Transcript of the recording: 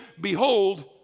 behold